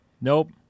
Nope